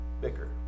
bicker